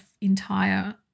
entire